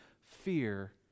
fear